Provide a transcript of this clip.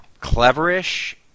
cleverish